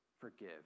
forgive